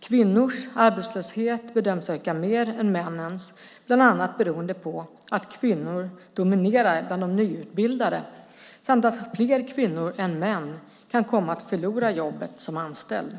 Kvinnors arbetslöshet bedöms öka mer än männens, bland annat beroende på att kvinnorna dominerar bland de nyutbildade samt att fler kvinnor än män kan komma att förlora jobbet som anställd.